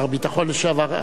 שר הביטחון לשעבר,